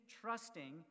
trusting